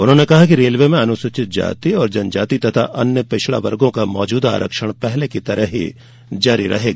उन्होंने कहा कि रेलवे में अनुसूचित जाति और जनजाति तथा अन्य पिछड़ा वर्गो का मौजूदा आरक्षण पहले की तरह जारी रहेगा